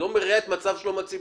אני לא מרע את מצב שלום הציבור.